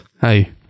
Hey